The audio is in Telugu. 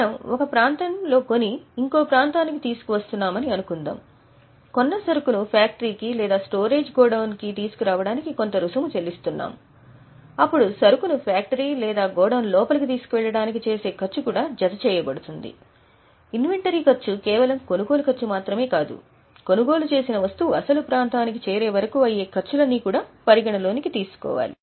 మనము ఒక ప్రాంతంలో కొన్ని ఇంకో ప్రాంతానికి తీసుకువస్తున్నామని అనుకుందాం కొన్న సరుకును ఫ్యాక్టరీకి లేదా స్టోరేజ్ గోడౌన్కు తీసుకురావడానికి కొంత రుసుము చెల్లిస్తున్నాము అప్పుడు సరుకును ఫ్యాక్టరీ లేదా గోడౌన్ లోపలికి తీసుకెళ్లడానికి చేసే ఖర్చు కూడా జతచేయబడుతుంది ఇన్వెంటరీ ఖర్చు కేవలం కొనుగోలు ఖర్చు మాత్రమే కాదు కొనుగోలు చేసిన వస్తువు అసలు ప్రాంతానికి చేరేవరకు అయ్యే ఖర్చులన్నీ కూడా పరిగణలోకి తీసుకోవాలి